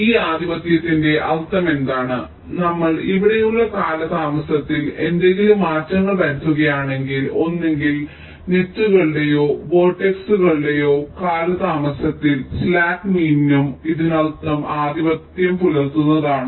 ഈ ആധിപത്യത്തിന്റെ അർത്ഥമെന്താണ് നമ്മൾ ഇവിടെയുള്ള കാലതാമസത്തിൽ എന്തെങ്കിലും മാറ്റങ്ങൾ വരുത്തുകയാണെങ്കിൽ ഒന്നുകിൽ വലകളുടെയോ വെർട്ടെക്സ്ളുടെയോ കാലതാമസത്തിൽ സ്ലാക്ക് മീനിംഗും ഇതിനർത്ഥം ആധിപത്യം പുലർത്തുന്നതാണോ